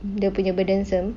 mm dia punya burdensome